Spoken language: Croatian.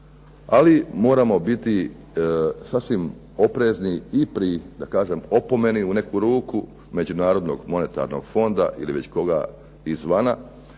Ali moramo biti sasvim oprezni i pri, da kažem, opomeni u neku ruku, Međunarodnog monetarnog fonda ili već koga izvana,